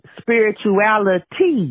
spirituality